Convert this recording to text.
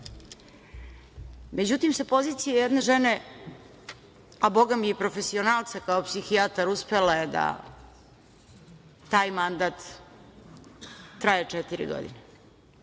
Međutim, sa pozicije jedne žene, a bogami i profesionalca kao psihijatar, uspela je da taj mandat traje četiri godine. Juče